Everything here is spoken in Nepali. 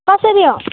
कसरी हो